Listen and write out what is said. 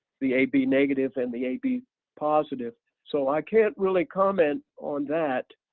the ab negative and the ab positive so i can't really comment on that